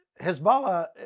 Hezbollah